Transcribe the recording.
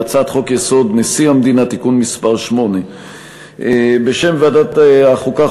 והצעת חוק-יסוד: נשיא המדינה (תיקון מס' 8). בשם ועדת החוקה,